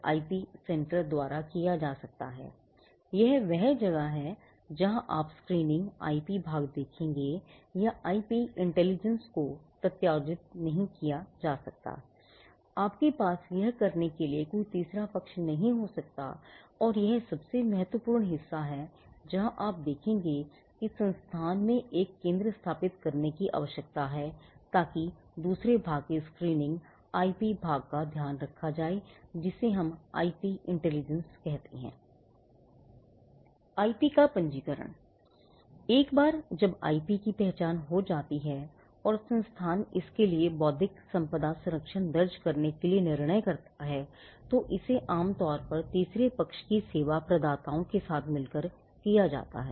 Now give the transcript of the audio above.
IP का पंजीकरण एक बार जब आईपी की पहचान हो जाती है और संस्थान इसके लिए बौद्धिक संपदा संरक्षण दर्ज करने के लिए निर्णय करता है तो इसे आमतौर पर तीसरे पक्ष के सेवा प्रदाताओं के साथ मिलकर किया जाता है